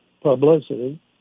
publicity